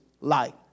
light